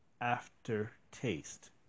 aftertaste